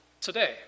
today